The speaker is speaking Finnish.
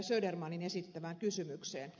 södermanin esittämään kysymykseen